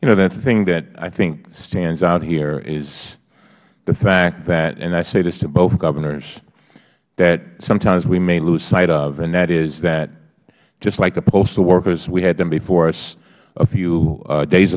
know the thing that i think stands out here is the fact that and i say this to both governors that sometimes we may lose sight of and that is that just like the postal workers we had them before us a few days